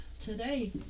Today